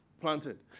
planted